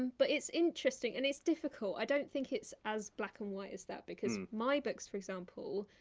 but it's interesting, and it's difficult. i don't think it's as black and white as that, because my books, for example,